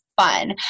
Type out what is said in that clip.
fun